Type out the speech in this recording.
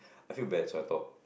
I feel bad so I talk